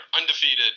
undefeated